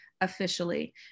officially